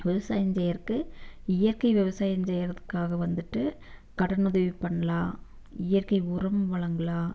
விவசாயம் செய்கிறக்கு இயற்கை விவசாயம் செய்கிறதுக்காக வந்துட்டு கடனுதவி பண்ணலாம் இயற்கை உரம் வழங்கலாம்